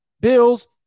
Bills